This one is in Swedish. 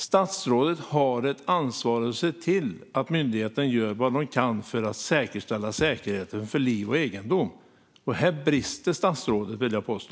Statsrådet har ett ansvar att se till att myndigheterna gör vad de kan för att säkerställa säkerheten för liv och egendom. Här brister statsrådet, vill jag påstå.